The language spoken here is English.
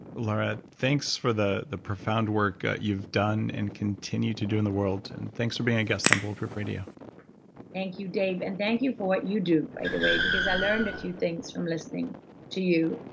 laura, thanks for the the profound work that you've done and continue to do in the world and thanks for being a guest on bulletproof radio thank you dave. and thank you for what you do, by the way, because i learned a few things from listening to you,